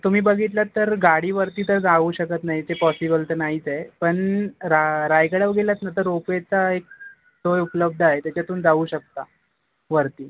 तुम्ही बघितलंत तर गाडी वरती तर जाऊ शकत नाही ते पॉसिबल तर नाहीच आहे पण रा रायगडावर गेलात ना तर रोप वेचा एक सोय उपलब्ध आहे त्याच्यातून जाऊ शकता वरती